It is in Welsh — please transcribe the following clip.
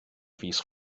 fis